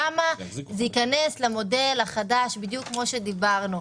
שם זה ייכנס למודל החדש בדיוק כמו שדיברנו.